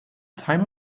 time